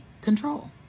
control